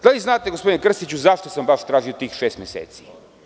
Da li znate, gospodine Krstiću, zašto sam tražio tih šest meseci?